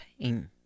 pain